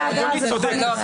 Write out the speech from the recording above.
לא.